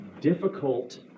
difficult